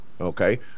Okay